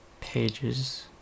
pages